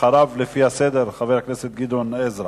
אחריו, לפי הסדר, חבר הכנסת גדעון עזרא.